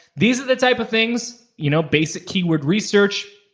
these are the type of things, you know, basic keyword research,